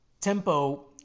tempo